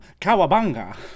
Kawabanga